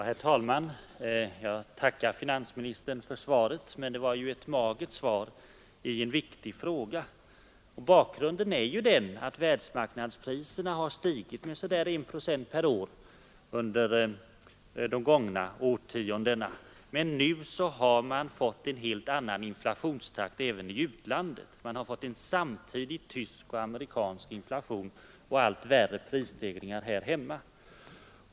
Herr talman! Jag tackar finansministern för svaret, men det var ett alldeles för magert svar i en viktig fråga. Bakgrunden är den att världsmarknadspriserna förr steg med ca 1 procent per år men att man på de senaste åren fått en helt annan och hög prisstegringstakt. Det förekommer en samtidig västtysk och amerikansk inflation, och allt värre prisstegringar även här hemma.